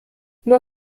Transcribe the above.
nur